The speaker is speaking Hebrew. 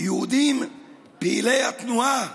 יהודים פעילי התנועה